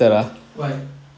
why